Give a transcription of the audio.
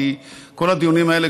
כי כל הדיונים האלה,